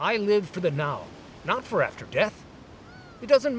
i live for the now not for after death it doesn't